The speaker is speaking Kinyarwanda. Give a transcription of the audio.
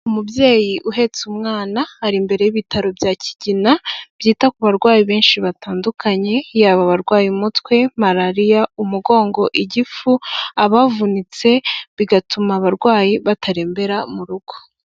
Umubyeyi uhetse umwana, ari imbere y'ibitaro bya Kigina byita ku barwayi benshi batandukanye, yaba abarwaye umutwe, malariya, umugongo, igifu, cyangwa abavunitse, bigatuma abarwayi batarembera mu rugo.